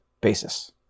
basis